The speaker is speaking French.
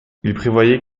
prévoyait